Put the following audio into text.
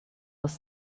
was